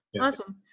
Awesome